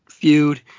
feud